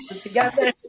Together